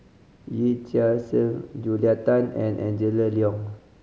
Yee Chia Hsing Julia Tan and Angela Liong